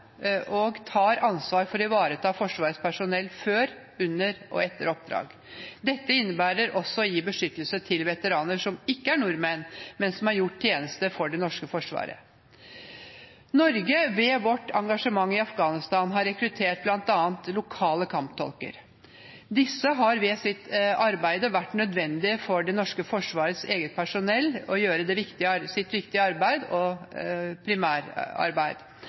og tar ansvar for å ivareta Forsvarets personell før, under og etter oppdrag. Dette innebærer også å gi beskyttelse til veteraner som ikke er nordmenn, men som har gjort tjeneste for det norske forsvaret. Norge, ved vårt engasjement i Afghanistan, har rekruttert bl.a. lokale kamptolker. Disse har ved sitt arbeid vært nødvendige for at det norske forsvarets eget personell skulle kunne gjøre sitt viktige og primære arbeid.